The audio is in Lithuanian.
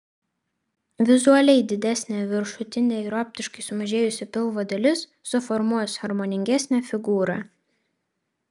vizualiai didesnė viršutinė ir optiškai sumažėjusi pilvo dalis suformuos harmoningesnę figūrą